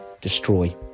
destroy